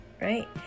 right